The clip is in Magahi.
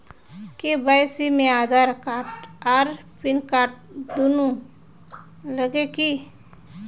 के.वाई.सी में आधार कार्ड आर पेनकार्ड दुनू लगे है की?